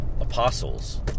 apostles